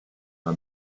una